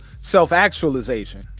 self-actualization